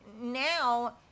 now